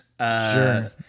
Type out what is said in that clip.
Sure